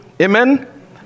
Amen